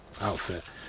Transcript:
outfit